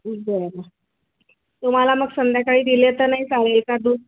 बरं तुम्हाला मग संध्याकाळी दिले तर नाही चालेल दूध